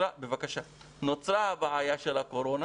נוצרה הבעיה של הקורונה